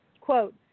Quote